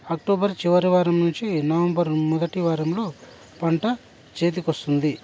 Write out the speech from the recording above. October చివరి వారం నుంచి నవంబర్ మొదటి వారంలో పంట చేతికి వస్తుంది